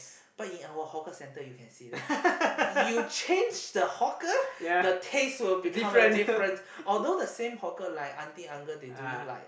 but in our hawker centre you can see that you change the hawker the taste will become a different although the same hawker like auntie uncle they doing like